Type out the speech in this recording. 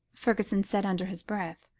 fergusson said, under his breath.